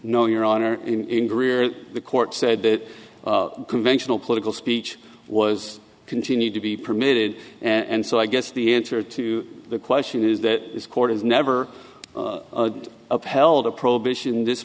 no your honor in greer the court said that conventional political speech was continued to be permitted and so i guess the answer to the question is that this court has never upheld a prohibition in this